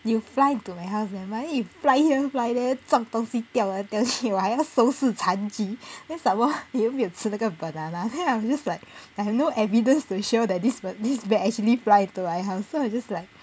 you fly into my house nevermind then you fly here fly there 撞东西掉来掉去我还要收拾残局 then it's like !wah! 你又没有吃那个 banana then I'm just like I have no evidence to show that this ba~ this bat actually fly into my house so I'm just like